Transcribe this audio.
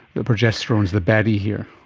the progesterone is the baddie here.